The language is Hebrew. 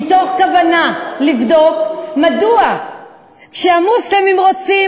מתוך כוונה לבדוק מדוע כשהמוסלמים רוצים,